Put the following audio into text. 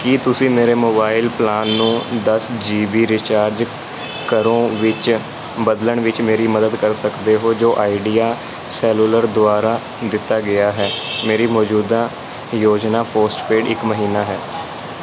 ਕੀ ਤੁਸੀਂ ਮੇਰੇ mobile plan ਨੂੰ ਦਸ ਜੀ ਬੀ ਰੀਚਾਰਜ ਕਰੋ ਵਿੱਚ ਬਦਲਣ ਵਿੱਚ ਮੇਰੀ ਮਦਦ ਕਰ ਸਕਦੇ ਹੋ ਜੋ ਆਈਡੀਆ ਸੈਲੂਲਰ ਦੁਆਰਾ ਦਿੱਤਾ ਗਿਆ ਹੈ ਮੇਰੀ ਮੌਜੂਦਾ ਯੋਜਨਾ ਪੋਸਟਪੇਡ ਇੱਕ ਮਹੀਨਾ ਹੈ